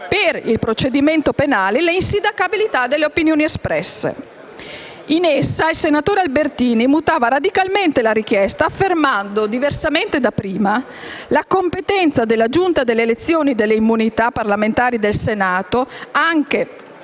per il procedimento penale l'insindacabilità delle opinioni espresse. In essa il senatore Albertini mutava radicalmente la richiesta affermando, diversamente da prima, la competenza della Giunta delle elezioni e delle immunità parlamentari del Senato anche